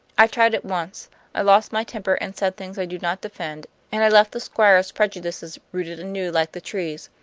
i tried it once i lost my temper, and said things i do not defend and i left the squire's prejudices rooted anew, like the trees.